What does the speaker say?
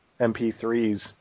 MP3s